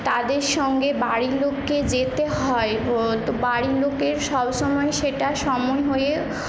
তাদের সঙ্গে বাড়ির লোককে যেতে হয় তো বাড়ির লোকের সবসময় সেটা সময় হয়ে